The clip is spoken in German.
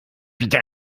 wieder